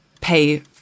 pay